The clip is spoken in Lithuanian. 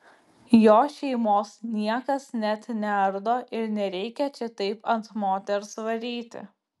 jo šeimos niekas net neardo ir nereikia čia taip ant moters varyti